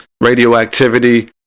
radioactivity